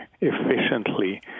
efficiently